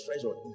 treasure